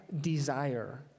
desire